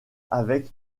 avec